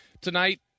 tonight